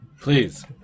please